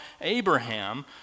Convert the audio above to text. Abraham